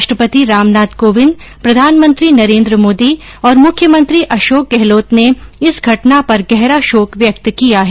राष्ट्रपति रामनाथ कोविंद प्रधानमंत्री नरेन्द्र मोदी और मुख्यमंत्री अशोक गहलोत ने इस घटना पर गहरा शोक व्यक्त किया है